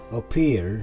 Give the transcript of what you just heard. appear